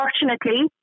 unfortunately